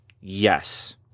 Yes